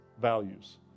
values